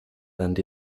and